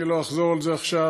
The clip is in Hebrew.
אני לא אחזור על זה עכשיו,